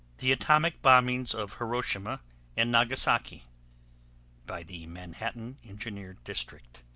the atomic bombings of hiroshima and nagasaki by the manhattan engineer district,